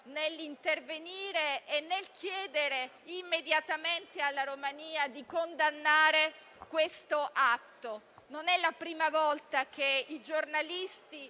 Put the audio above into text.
Della Vedova nel chiedere immediatamente alla Romania di condannare l'atto. Non è la prima volta che giornalisti,